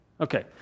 Okay